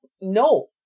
no